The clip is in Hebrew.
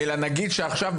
נגיד שעכשיו,